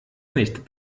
nicht